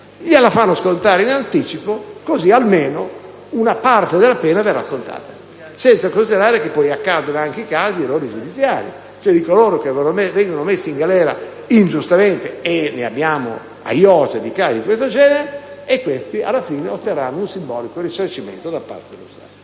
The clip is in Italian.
la fa scontare in anticipo, così almeno una parte verrà scontata. Senza considerare che poi si verificano anche gli errori giudiziari, che riguardano coloro che vengono messi in galera ingiustamente - ne abbiamo a iosa di casi di questo genere - e che, alla fine, otterranno un simbolico risarcimento da parte dello Stato.